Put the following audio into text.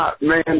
man